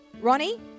Ronnie